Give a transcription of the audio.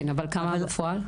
כן, אבל כמה בפועל?